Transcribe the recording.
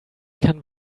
can